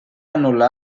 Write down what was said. anul·lar